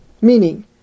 Meaning